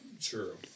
true